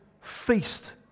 feast